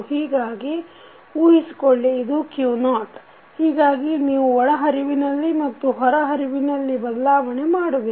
ಹೀಗಾಗಿ ಉಹಿಸಿಕೊಳ್ಳಿ ಇದು q0 ಹೀಗಾಗಿ ನೀವು ಒಳಹರಿವಿನಲ್ಲಿ ಮತ್ತು ಹೊರ ಹರಿವಿನಲ್ಲಿ ಬದಲಾವಣೆ ಮಾಡುವಿರಿ